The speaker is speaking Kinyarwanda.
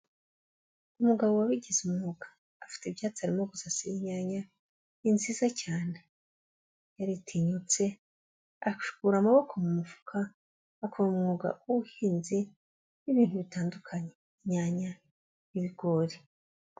Umugabo wabigize umwuga, afite ibyatsi arimo gusasi inyanya, ni nziza cyane, yaritinyutse akura amaboko mu mufuka akora umwuga w'ubuhinzi n'ibintu bitandukanye, inyanya n'ibigori.